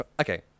Okay